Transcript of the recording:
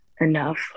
enough